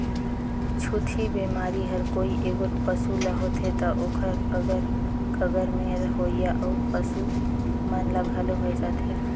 छूतही बेमारी हर कोई एगोट पसू ल होथे त ओखर अगर कगर में रहोइया अउ पसू मन ल घलो होय जाथे